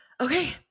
Okay